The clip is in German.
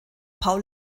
paul